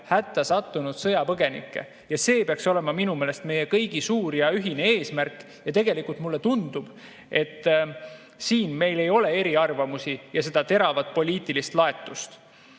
hätta sattunud sõjapõgenikke. See peaks olema minu meelest meie kõigi suur ja ühine eesmärk. Tegelikult mulle tundub, et siin meil ei ole eriarvamusi ja seda teravat poliitilist laetust. Tulles